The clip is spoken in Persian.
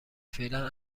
فعلا